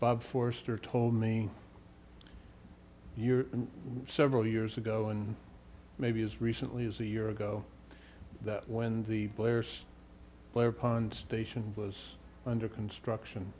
bob forster told me your several years ago and maybe as recently as a year ago that when the players play or pond station was under construction